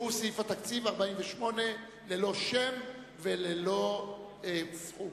שהוא סעיף התקציב 48, ללא שם וללא סכום.